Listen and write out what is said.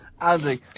Andy